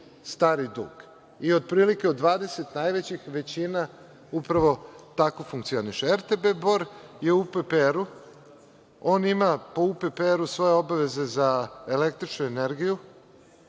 stari dug, jer otprilike 20 najvećih većina upravo tako funkcioniše. RTB Bor je u UPPR on ima po UPPR sve obaveze za električnu energiju